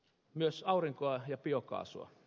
myös aurinkoa ja biokaasua